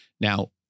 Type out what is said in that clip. Now